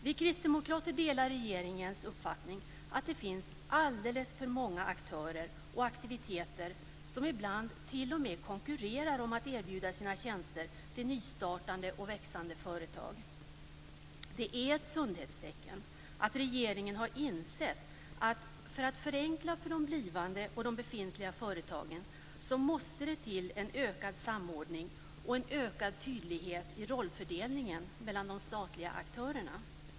Vi kristdemokrater delar regeringens uppfattning att det finns alldeles för många aktörer och aktiviteter som ibland t.o.m. konkurrerar om att erbjuda sina tjänster till nystartade och växande företag. Det är ett sundhetstecken att regeringen har insett att för att förenkla för de blivande och befintliga företagen måste det till en ökad samordning och en ökad tydlighet i rollfördelningen mellan de statliga aktörerna.